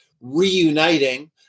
reuniting